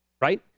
right